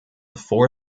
four